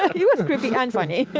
it was creepy and funny. yeah,